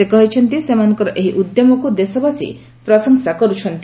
ସେ କହିଛନ୍ତି ସେମାନଙ୍କର ଏହି ଉଦ୍ୟମକୁ ଦେଶବାସୀ ପ୍ରଶଂସା କରୁଛନ୍ତି